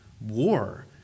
war